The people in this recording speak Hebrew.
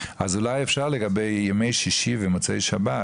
אולי אפשר לגבי ימי ששי ומוצאי שבת,